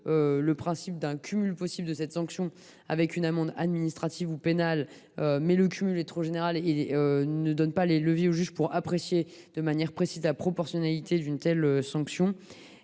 le principe d’un cumul possible de cette sanction avec une amende administrative ou pénale, mais la rédaction retenue est trop générale et ne donne pas les leviers nécessaires au juge pour apprécier de manière précise la proportionnalité d’une telle sanction.